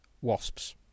Wasps